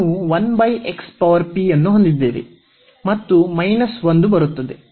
ನಾವು ಅನ್ನು ಹೊಂದಿದ್ದೇವೆ ಮತ್ತು 1 ಬರುತ್ತದೆ